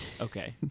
Okay